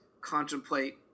contemplate